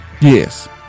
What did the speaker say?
yes